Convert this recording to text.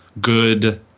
good